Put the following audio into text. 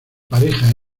pareja